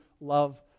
love